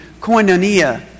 koinonia